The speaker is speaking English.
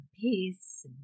peace